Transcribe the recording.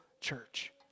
church